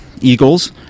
eagles